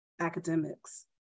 academics